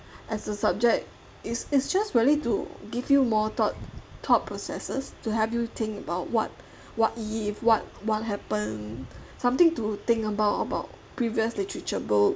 as a subject it's it's just really to give you more thought thought processes to help you think about what what if what what happen something to think about about previous literature book